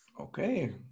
Okay